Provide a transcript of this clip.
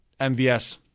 MVS